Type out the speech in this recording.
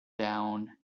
down